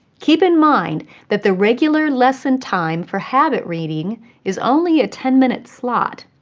keep in mind that the regular lesson time for habit reading is only a ten minute slot,